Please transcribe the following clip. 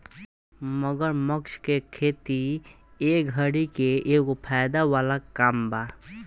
मगरमच्छ के खेती ए घड़ी के एगो फायदा वाला काम बा